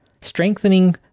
strengthening